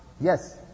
Yes